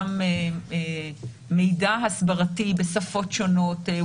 גם מידע הסברתי בשפות שונות,